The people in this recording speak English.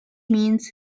means